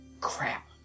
Crap